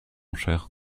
cher